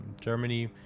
germany